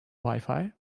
wifi